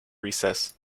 recess